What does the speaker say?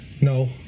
No